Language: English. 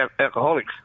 alcoholics